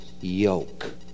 yoke